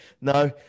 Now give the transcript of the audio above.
No